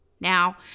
Now